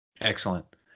Excellent